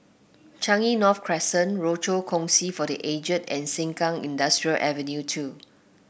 Changi North Crescent Rochor Kongsi for The Aged and Sengkang Industrial Avenue two